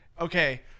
Okay